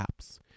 apps